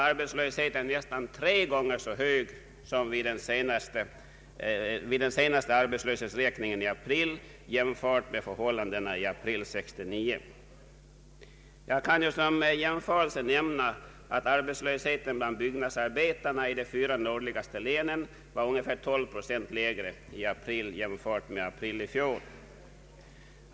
Arbetslösheten var vid den senaste arbetslöshetsräkningen i april nästan tre gånger så stor som i april 1969. Jag kan som jämförelse nämna att arbetslösheten bland byggnadsarbetare i de fyra nordligaste länen var ungefär 12 procent lägre i april i år än i april 1969.